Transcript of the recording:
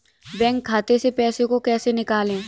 Bank खाते से पैसे को कैसे निकालें?